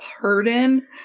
Pardon